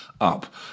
up